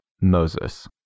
Moses